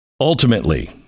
Ultimately